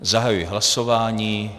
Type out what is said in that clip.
Zahajuji hlasování.